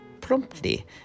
promptly